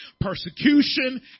persecution